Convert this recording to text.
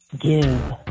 give